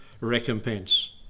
recompense